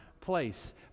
place